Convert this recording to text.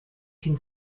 can